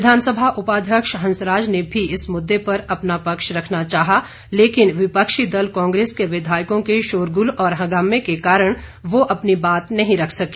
विधानसभा उपाध्यक्ष हंसराज ने भी इस मुद्दे पर अपना पक्ष रखना चाहा लेकिन विपक्षी दल कांग्रेस के विधायकों के शोरगुल और हंगामे के कारण वह अपनी बात नहीं रख सके